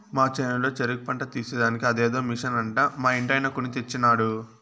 మా చేనులో చెరుకు పంట తీసేదానికి అదేదో మిషన్ అంట మా ఇంటాయన కొన్ని తెచ్చినాడు